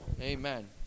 amen